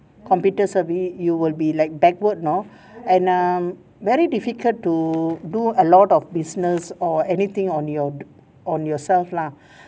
computer savvy you will be like backward now and um very difficult to do a lot of business or anything on your on yourself lah